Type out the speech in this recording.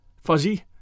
fuzzy